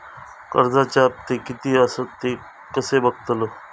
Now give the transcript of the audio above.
कर्जच्या हप्ते किती आसत ते कसे बगतलव?